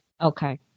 Okay